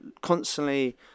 constantly